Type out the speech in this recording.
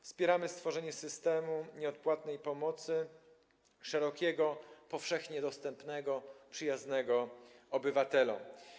Wspieramy stworzenie systemu nieodpłatnej pomocy, szerokiego, powszechnie dostępnego, przyjaznego obywatelom.